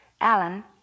Alan